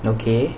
okay